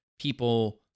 people